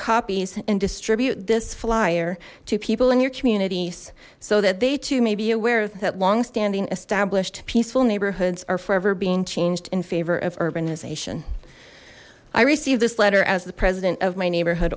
copies and distribute this flyer to people in your community so that they too may be aware that long standing established peaceful neighborhoods are forever being changed in favor of urbanization i received this letter as the president of my neighborhood